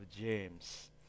James